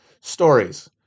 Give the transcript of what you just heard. stories